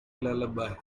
lullaby